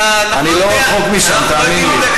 אני לא רחוק משם, תאמינו לי.